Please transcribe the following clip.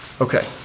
Okay